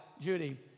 Judy